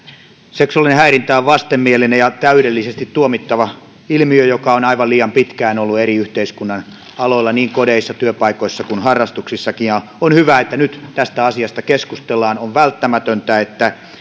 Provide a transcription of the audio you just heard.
seksuaalinen häirintä on vastenmielinen ja täydellisesti tuomittava ilmiö jota on aivan liian pitkään ollut yhteiskunnan eri aloilla niin kodeissa työpaikoissa kuin harrastuksissakin ja on hyvä että nyt tästä asiasta keskustellaan on välttämätöntä että